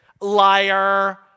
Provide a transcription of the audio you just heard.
Liar